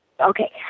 Okay